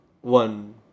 one